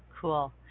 cool